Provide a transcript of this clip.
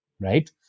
right